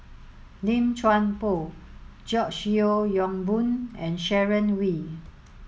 Lim Chuan Poh George Yeo Yong Boon and Sharon Wee